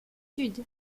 sud